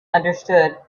understood